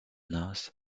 noces